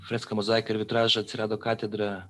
freską mozaiką ir vitražą atsirado katedra